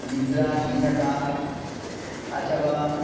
निद्राहीनता अथवा